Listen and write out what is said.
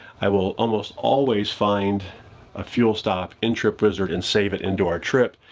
i will almost always find a fuel stop in trip wizard and save it into our trip,